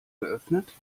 geöffnet